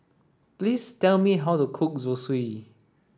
please tell me how to cook Zosui